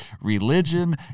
religion